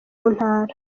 ntara